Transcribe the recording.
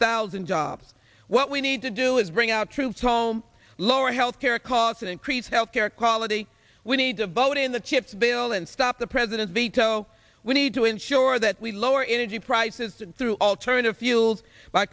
thousand jobs what we need to do is bring our troops home lower health care costs and increase health care quality we need to vote in the chips bill and stop the president's veto we need to ensure that we lower energy prices through alternative fuels by